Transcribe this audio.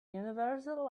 universal